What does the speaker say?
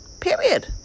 Period